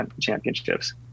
Championships